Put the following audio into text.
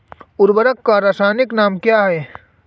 उर्वरक का रासायनिक नाम क्या है?